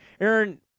Aaron